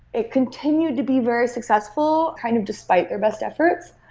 it continued to be very successful kind of despite their best efforts.